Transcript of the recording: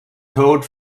towed